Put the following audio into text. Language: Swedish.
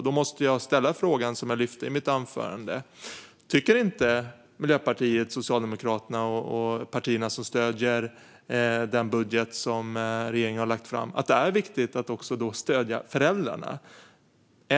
Då måste jag ställa frågan som jag ställde i mitt anförande: Tycker inte Miljöpartiet, Socialdemokraterna och partierna som stöder den budget som regeringen har lagt fram att det är viktigt att också stödja föräldrarna?